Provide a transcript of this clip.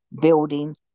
building